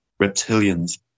reptilians